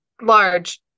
large